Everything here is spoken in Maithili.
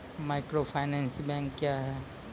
माइक्रोफाइनेंस बैंक क्या हैं?